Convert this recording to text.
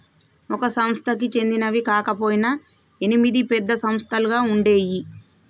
ఒక సంస్థకి చెందినవి కాకపొయినా ఎనిమిది పెద్ద సంస్థలుగా ఉండేయ్యి